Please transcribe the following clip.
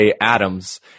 Adams